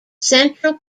central